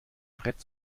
brett